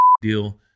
deal